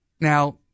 Now